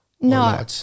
no